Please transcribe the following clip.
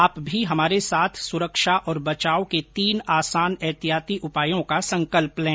आप भी हमारे साथ सुरक्षा और बचाव के तीन आसान एहतियाती उपायों का संकल्प लें